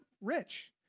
rich